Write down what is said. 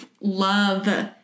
love